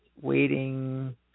waiting